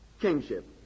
kingship